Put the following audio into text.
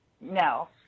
No